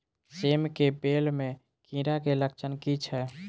सेम कऽ बेल म कीड़ा केँ लक्षण की छै?